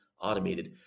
automated